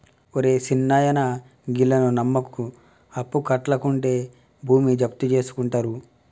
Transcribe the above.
ఒరే సిన్నాయనా, గీళ్లను నమ్మకు, అప్పుకట్లకుంటే భూమి జప్తుజేసుకుంటరు